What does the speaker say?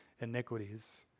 iniquities